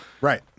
Right